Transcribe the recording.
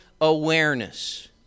awareness